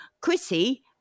Chrissy